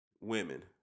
women